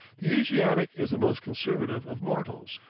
the asiatic is the most conservative of mortals.